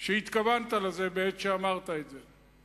התכוונת לזה בעת שאמרת את זה.